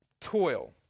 toil